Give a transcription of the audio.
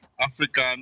African